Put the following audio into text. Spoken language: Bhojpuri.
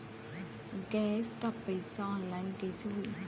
गैस क पैसा ऑनलाइन कइसे होई?